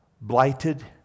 blighted